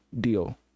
deal